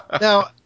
Now